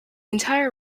entire